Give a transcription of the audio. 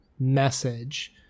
message